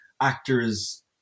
actors